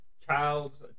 child's